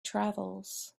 travels